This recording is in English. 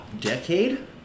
decade